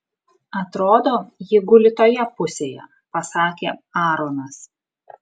atrodo ji guli toje pusėje pasakė aaronas